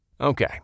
Okay